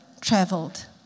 traveled